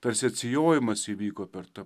tarsi atsijojimas įvyko per tą